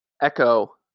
echo